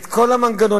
את כל המנגנונים,